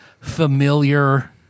familiar